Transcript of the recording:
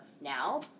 now